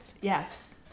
Yes